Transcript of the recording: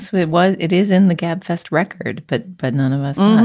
so it was it is in the gab fest record. but but none of us.